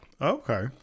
Okay